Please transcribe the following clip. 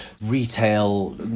retail